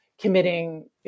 committing